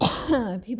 people